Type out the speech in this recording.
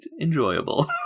enjoyable